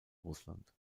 russland